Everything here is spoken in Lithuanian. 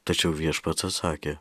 tačiau viešpats atsakė